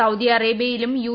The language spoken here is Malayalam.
സൌദി അറേബ്യയിലും യു